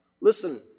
Listen